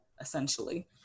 essentially